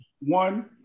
One